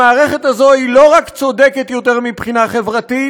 המערכת הזו היא לא רק צודקת יותר מבחינה חברתית,